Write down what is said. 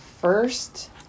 first